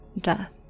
death